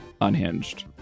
unhinged